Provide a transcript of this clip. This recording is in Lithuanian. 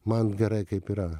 man gerai kaip yra